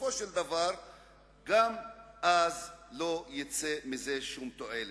בסופו של דבר גם אז לא תצא מזה שום תועלת.